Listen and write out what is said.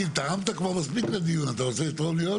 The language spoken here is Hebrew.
תרמת כבר מספיק לדיון, אתה רוצה לתרום לי עוד